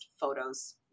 photos